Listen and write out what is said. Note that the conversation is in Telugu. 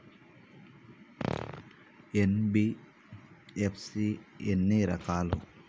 ఎన్.బి.ఎఫ్.సి ఎన్ని రకాలు?